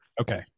okay